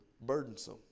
burdensome